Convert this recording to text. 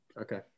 Okay